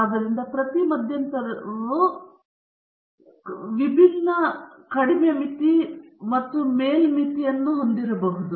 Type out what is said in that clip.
ಆದ್ದರಿಂದ ಪ್ರತಿ ಮಧ್ಯಂತರವು ವಿಭಿನ್ನ ಕಡಿಮೆ ಮಿತಿ ಮತ್ತು ಮೇಲ್ ಮಿತಿಯನ್ನು ಹೊಂದಿರಬಹುದು